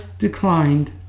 declined